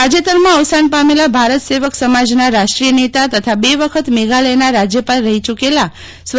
તાજેતરમાં અવસાન પામેલા ભારત સેવક સમાજના રાષ્ટ્રીય નેતા તથા બે વખત મેઘાલયના રાજ્યપાલ રહી યુકેલા સ્વ